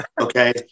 Okay